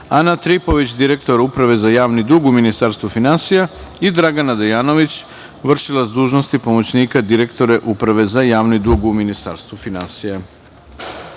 Ana Tripović, direktor Uprave za javni dug u Ministarstvu finansija i Dragana Dejanović, vršilac dužnosti pomoćnika direktora Uprave za javni dug u Ministarstvu finansija. Molim